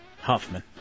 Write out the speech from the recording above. Huffman